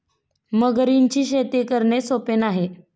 मगरींची शेती करणे सोपे नाही